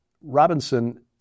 Robinson